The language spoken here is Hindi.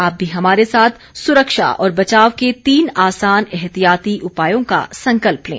आप भी हमारे साथ सुरक्षा और बचाव के तीन आसान एहतियाती उपायों का संकल्प लें